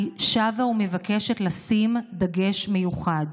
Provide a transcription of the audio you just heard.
אני שבה ומבקשת לשים דגש מיוחד.